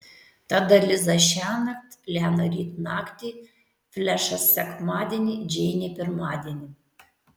tada liza šiąnakt liana ryt naktį flešas sekmadienį džeinė pirmadienį